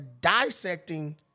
dissecting